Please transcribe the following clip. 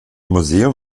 museum